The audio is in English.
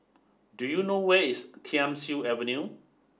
do you know where is Thiam Siew Avenue